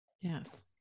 Yes